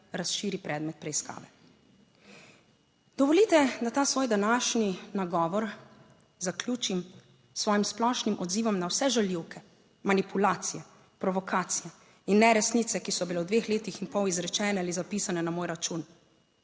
razširi predmet preiskave. Dovolite, da ta svoj današnji nagovor zaključim s svojim splošnim odzivom na vse žaljivke, manipulacije, provokacije in neresnice, ki so bile v dveh letih in pol izrečene ali zapisane na moj račun.